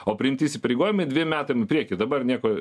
o priimti įsipareigojimai dviem metam į priekį dabar nieko